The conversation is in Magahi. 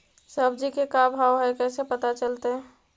सब्जी के का भाव है कैसे पता चलतै?